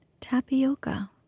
Tapioca